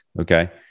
Okay